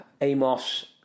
Amos